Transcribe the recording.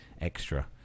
extra